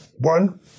One